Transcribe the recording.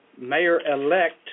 mayor-elect